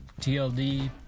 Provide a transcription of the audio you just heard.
TLD